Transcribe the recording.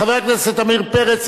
חבר הכנסת עמיר פרץ,